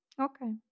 Okay